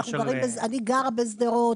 אני גרה בשדרות